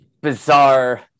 bizarre